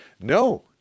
No